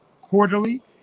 quarterly